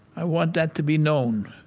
i want that to be known.